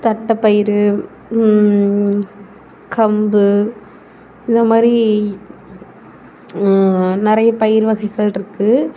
தட்டைப்பயிறு கம்பு இந்த மாதிரி நிறைய பயிறு வகைகள் இருக்குது